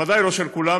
ודאי לא של כולם,